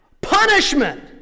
punishment